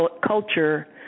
culture